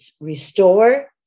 restore